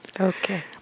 Okay